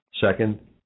Second